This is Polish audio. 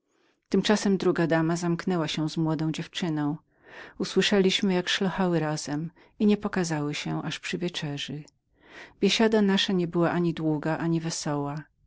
tymczasem druga dama zamknęła się z młodą dziewczyną usłyszeliśmy jak szlochały razem i nie pokazały się aż przy wieczerzy biesiada nasza niebyła ani długą ani wesołą